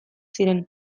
ziren